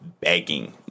begging